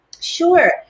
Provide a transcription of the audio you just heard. Sure